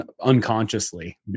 unconsciously